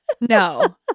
No